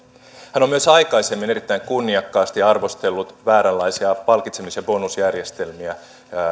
hän on myös aikaisemmin erittäin kunniakkaasti arvostellut vääränlaisia palkitsemis ja bonusjärjestelmiä